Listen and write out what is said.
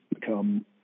become